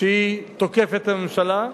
כשהיא תוקפת את הממשלה,